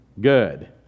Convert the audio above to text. good